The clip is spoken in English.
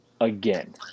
Again